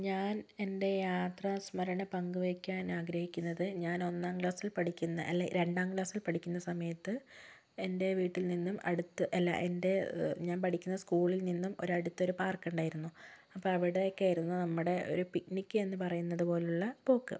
ഞാൻ എൻ്റെ യാത്ര സ്മരണ പങ്കുവെക്കാനാഗ്രഹിക്കുന്നത് ഞാന് ഒന്നാം ക്ലാസ്സിൽ പഠിക്കുന്ന അല്ല രണ്ടാം ക്ലാസ്സിൽ പഠിക്കുന്ന സമയത്ത് എൻ്റെ വീട്ടിൽ നിന്നും അടുത്ത് അല്ല എൻ്റെ ഞാൻ പഠിക്കുന്ന സ്കൂളിൽ നിന്നും ഒരടുത്തൊരു പാർക്കുണ്ടായിരുന്നു അപ്പോൾ അവിടെയൊക്കെ ആയിരുന്നു നമ്മുടെ ഒരു പിക്നിക് എന്ന് പറയുന്നത് പോലുള്ള പോക്ക്